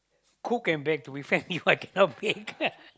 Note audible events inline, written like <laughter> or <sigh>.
cook and bake with family <laughs> I cannot bake